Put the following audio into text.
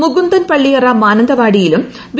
മുകുന്ദൻ പള്ളിയറ മാനന്തവാടിയിലും ബി